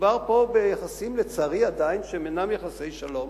מדובר פה ביחסים, לצערי, שעדיין אינם יחסי שלום